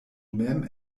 mem